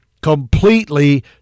completely